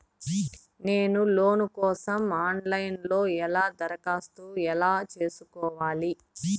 నేను లోను కోసం online లో ఎలా దరఖాస్తు ఎలా సేసుకోవాలి?